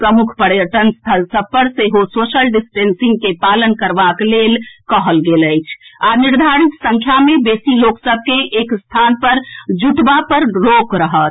प्रमुख पर्यटन स्थल सभ पर सेहो सोशल डिस्टेंसिंग के पालन करबाक लेल कहल गेल अछि आ निर्धारित संख्या सँ बेसी लोक सभ के एक स्थान पर जुटबा पर रोक रहत